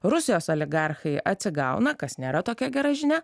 rusijos oligarchai atsigauna kas nėra tokia gera žinia